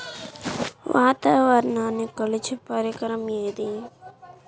వాతావరణాన్ని కొలిచే పరికరం ఏది?